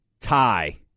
Tie